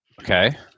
Okay